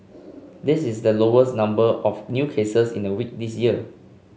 this is the lowest number of new cases in a week this year